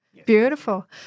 Beautiful